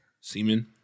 semen